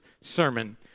sermon